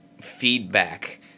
feedback